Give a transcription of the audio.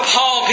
Paul